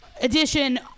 edition